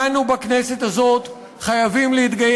משפט הסיום שלי: אנחנו כולנו בכנסת הזאת חייבים להתגייס.